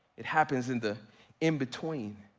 it happens in the in-between.